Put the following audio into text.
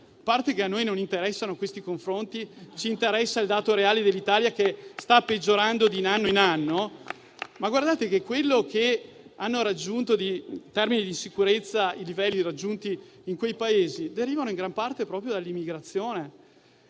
a parte che a noi non interessano questi confronti, ma interessa il dato reale dell'Italia che sta peggiorando di anno in anno, osservo che i livelli di insicurezza raggiunti in quei Paesi derivano in gran parte proprio dall'immigrazione.